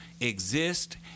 exist